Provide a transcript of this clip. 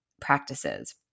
practices